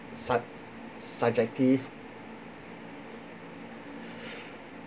sug ~ subjective